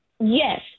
Yes